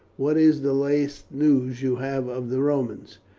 what is the last news you have of the romans?